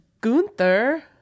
Gunther